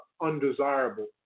undesirable